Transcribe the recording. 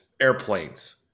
airplanes